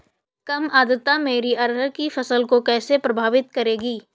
कम आर्द्रता मेरी अरहर की फसल को कैसे प्रभावित करेगी?